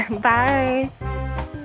Bye